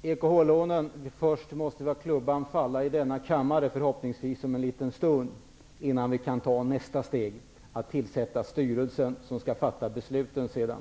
Herr talman! Angående EKH-lånen: Först måste klubban falla i denna kammare, förhoppningsvis om en liten stund, och sedan kan vi ta nästa steg, att tillsätta styrelsen som skall fatta besluten. Sedan